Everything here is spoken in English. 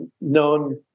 known